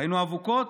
ראינו אבוקות,